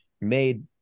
made